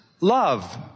love